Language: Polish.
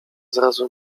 zrazu